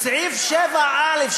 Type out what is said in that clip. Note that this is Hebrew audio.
סעיף 7א,